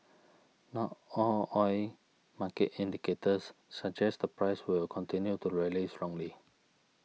not all oil market indicators suggest the price will continue to rally strongly